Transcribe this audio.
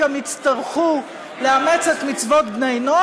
אם גם יצטרכו לאמץ את מצוות בני נוח,